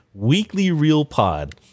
weeklyrealpod